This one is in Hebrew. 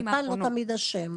הטלפן לא תמיד אשם.